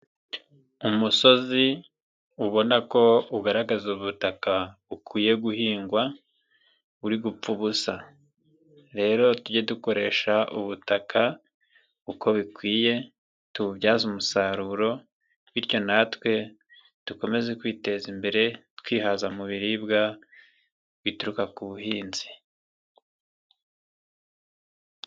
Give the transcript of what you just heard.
Umusozi ubona ko ugaragaza ubutaka bukwiye guhingwa buri gupfa ubusa, rero tujye dukoresha ubutaka uko bikwiye tububyaze umusaruro bityo natwe dukomeze kwiteza imbere twihaza mu biribwa bituruka ku buhinzi.